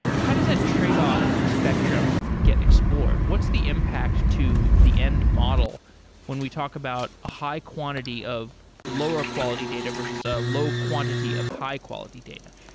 how does that tradeoff spectrum gets explored? what's the impact to the end model when we talk about a high quantity of lower quality data versus a low quantity of high quality data?